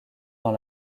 dans